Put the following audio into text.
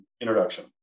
introduction